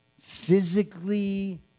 physically